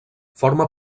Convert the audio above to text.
forma